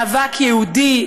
מאבק יהודי,